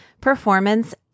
performance